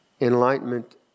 Enlightenment